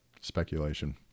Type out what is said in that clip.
Speculation